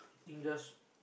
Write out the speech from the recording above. think just